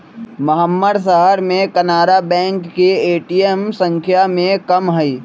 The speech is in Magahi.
महम्मर शहर में कनारा बैंक के ए.टी.एम संख्या में कम हई